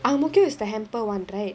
ang mo kio is the hamper one right